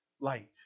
light